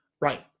Right